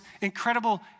incredible